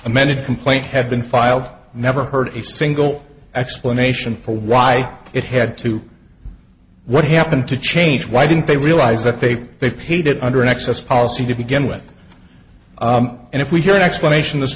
amended complaint had been filed and never heard a single explanation for why it had to what happened to change why didn't they realize that they they paid it under an excess policy to begin with and if we hear an explanation this